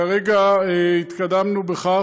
כרגע התקדמנו בכך.